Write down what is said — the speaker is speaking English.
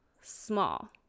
small